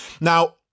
Now